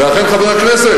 ואכן חבר הכנסת,